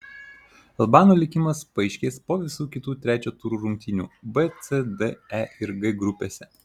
albanų likimas paaiškės po visų kitų trečio turo rungtynių b c d e ir g grupėse